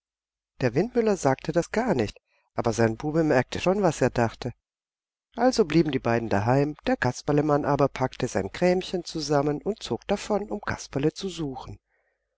der windmüller sagte das gar nicht aber sein bube merkte schon was er dachte also blieben die beiden daheim der kasperlemann aber packte sein krämchen zusammen und zog davon um kasperle zu suchen